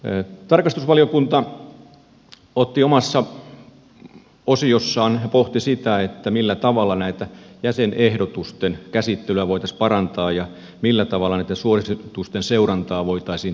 tarkastusvaliokunta omassa osiossaan pohti sitä millä tavalla näiden jäsenehdotusten käsittelyä voitaisiin parantaa ja millä tavalla näiden suositusten seurantaa voitaisiin tehostaa